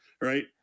Right